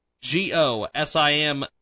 g-o-s-i-m